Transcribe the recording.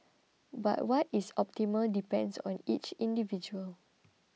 but what is optimal depends on each individual